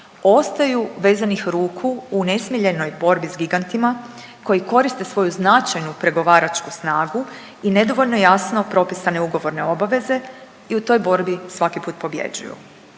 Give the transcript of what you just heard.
ostaju vezanih ruku u nesmiljenoj borbi s gigantima koji koriste svoju značajnu pregovaračku snagu i nedovoljno jasno propisane ugovorne obaveze i u toj borbi svaki put pobjeđuju.